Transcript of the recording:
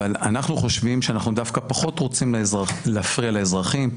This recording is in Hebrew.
אבל אנחנו חושבים שאנחנו דווקא פחות רוצים להפריע לאזרחים,